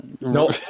nope